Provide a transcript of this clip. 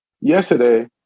yesterday